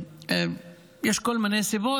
יש כל מיני סיבות,